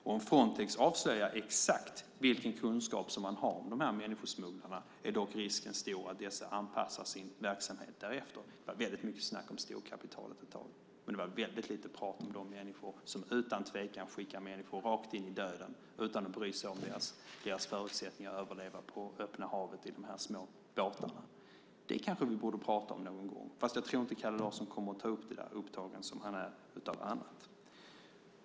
Om Frontex avslöjar exakt vilken kunskap man har om människosmugglarna är risken stor att dessa anpassar sin verksamhet därefter. Det var väldigt mycket snack om storkapitalet ett tag, men det var väldigt lite prat om de människor som utan tvekan skickar människor rakt in i döden utan att bry sig om deras förutsättningar att överleva på öppet hav i de små båtarna. Det kanske vi borde prata om någon gång. Men jag tror inte att Kalle Larsson kommer att göra det, upptagen som han är av annat.